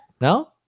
No